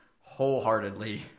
wholeheartedly